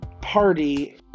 party